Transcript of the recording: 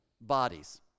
bodies